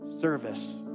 service